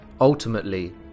Ultimately